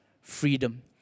freedom